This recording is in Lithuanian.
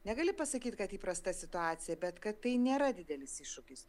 negali pasakyt kad įprasta situacija bet kad tai nėra didelis iššūkis